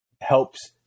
helps